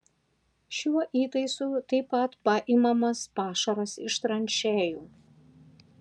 šiuo įtaisu taip pat paimamas pašaras iš tranšėjų